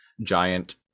giant